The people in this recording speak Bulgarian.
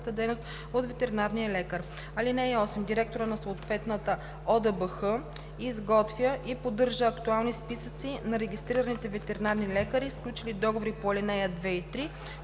дейност от ветеринарния лекар. (8) Директорът на съответната ОДБХ изготвя и поддържа актуални списъци на регистрираните ветеринарни лекари, сключили договори по ал. 2 и 3,